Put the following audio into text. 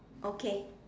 okay